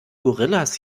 gorillas